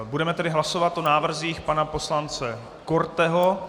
Budeme tedy hlasovat o návrzích pana poslance Korteho.